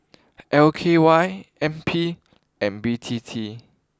L K Y N P and B T T